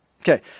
Okay